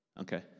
Okay